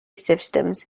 systems